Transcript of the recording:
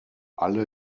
alle